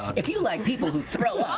if you like people who throw